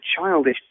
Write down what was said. childish